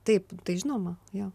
taip tai žinoma jo